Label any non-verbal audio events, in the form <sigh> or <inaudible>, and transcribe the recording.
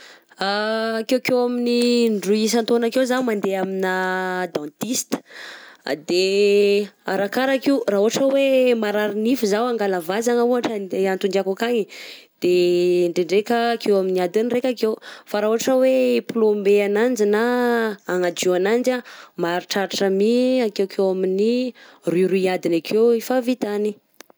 <hesitation> Akeokeo amin'ny indroy isan-taona akeo zaho mande amina dentiste, de <hesitation> arakaraka io ra ohatra hoe marary nisy zaho angala vazana ohatra ny anton-diako de ndraindraika akeo adin'ny raika akeo, fa ra ohatra hoe hi-plombe agnanjy na agnadio agnanjy maharitraritra amy akeokeo amin'ny roiroy adiny akeo ny fahavitany.